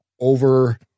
over